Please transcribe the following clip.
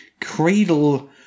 cradle